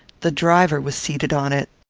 the driver was seated on it.